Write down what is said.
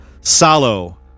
Salo